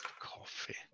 coffee